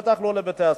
בטח לא לבתי-הספר.